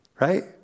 right